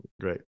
Great